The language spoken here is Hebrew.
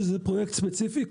שזה פרויקט ספציפי,